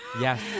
yes